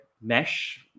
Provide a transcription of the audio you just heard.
mesh